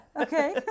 Okay